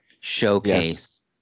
showcase